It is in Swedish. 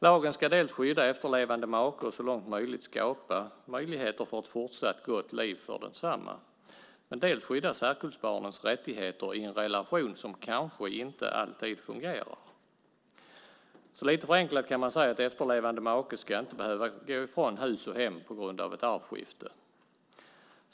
Lagen ska dels skydda efterlevande make och så långt möjligt skapa möjligheter för ett fortsatt gott liv för densamma, dels skydda särkullbarnens rättigheter i en relation som kanske inte alltid fungerar. Lite förenklat kan man säga att efterlevande make inte ska behöva gå från hus och hem på grund av ett arvskifte.